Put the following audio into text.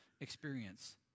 experience